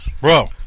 Bro